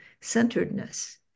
centeredness